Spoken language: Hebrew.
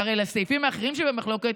שהרי לסעיפים האחרים שבמחלוקת,